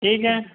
ٹھیک ہے